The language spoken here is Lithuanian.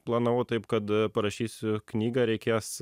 planavau taip kad parašysiu knygą reikės